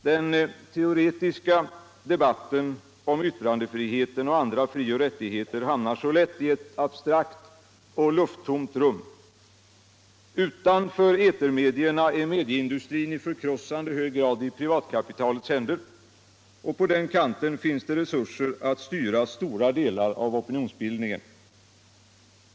Den teoretiska debatten om yttrandefriheten och andra fri och rättigheter hamnar så lätt i ett abstrakt och lufttomt rum. Utanför etermedierna är medicindustrin i förkrossande hög grad i privatkapitalets händer, och på den kanten finns det resurser att styra stora delar av opinionsbildningen.